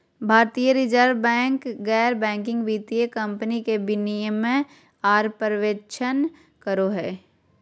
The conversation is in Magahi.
भारतीय रिजर्व बैंक गैर बैंकिंग वित्तीय कम्पनी के विनियमन आर पर्यवेक्षण करो हय